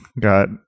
got